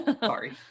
Sorry